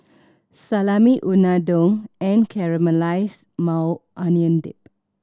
Salami Unadon and Caramelized Maui Onion Dip